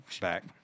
back